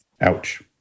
Ouch